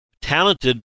Talented